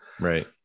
Right